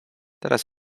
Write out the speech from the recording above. teraz